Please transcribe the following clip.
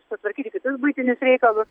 sutvarkyti kitus buitinius reikalus